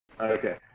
Okay